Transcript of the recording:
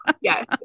Yes